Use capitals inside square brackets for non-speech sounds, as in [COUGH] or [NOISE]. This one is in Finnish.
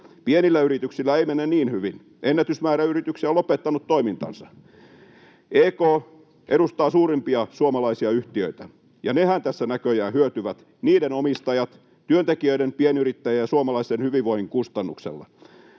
Pienillä yrityksillä ei mene niin hyvin. Ennätysmäärä yrityksiä on lopettanut toimintansa. EK edustaa suurimpia suomalaisia yhtiöitä, ja nehän tässä näköjään hyötyvät, niiden omistajat, [NOISE] työntekijöiden ja pienyrittäjien ja suomalaisen hyvinvoinnin kustannuksella.